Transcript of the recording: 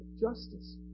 justice